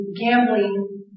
gambling